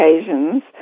occasions